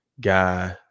guy